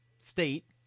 state